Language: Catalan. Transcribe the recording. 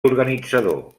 organitzador